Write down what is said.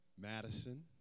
Madison